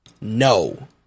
No